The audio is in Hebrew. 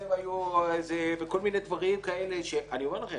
שלהם היו כל מיני דברים כאלה אני אומר לכם